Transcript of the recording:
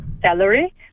salary